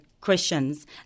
Christians